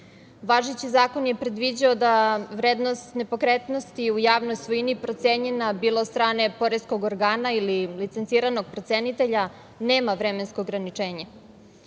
Važeći zakon je predviđao da vrednost nepokretnosti u javnoj svojini procenjena, bilo od strane poreskog organa ili licencirano procenitelja, nema vremensko ograničenje.